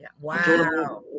Wow